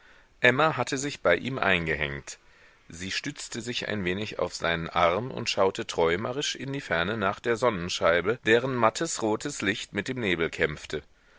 emma hatte sich bei ihm eingehängt sie stützte sich ein wenig auf seinen arm und schaute träumerisch in die ferne nach der sonnenscheibe deren mattes rotes licht mit dem nebel kämpfte